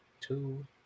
two